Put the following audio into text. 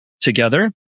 together